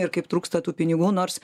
ir kaip trūksta tų pinigų nors